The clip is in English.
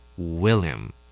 William